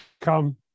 come